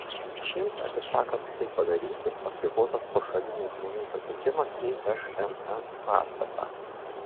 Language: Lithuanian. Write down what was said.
šiems atsisakant tai padaryti apribotas pašalinių žmonių patekimas į šmm pastatą